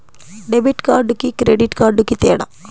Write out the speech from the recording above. Debit కార్డుకి credit కార్డుకి తేడా?